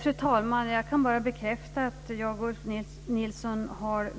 Fru talman! Jag kan bara bekräfta att Ulf Nilsson och jag